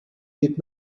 did